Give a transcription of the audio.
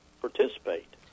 participate